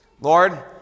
Lord